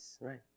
right